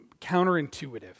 counterintuitive